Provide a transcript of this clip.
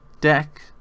deck